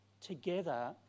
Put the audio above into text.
together